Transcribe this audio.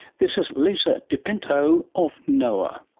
this is lisa dipinto of noaa.